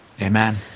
Amen